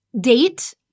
date